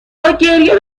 باگریه